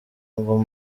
ngo